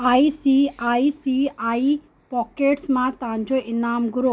I C I C I pockets मां तव्हांजो इनामु घुरो